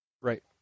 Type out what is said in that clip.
Right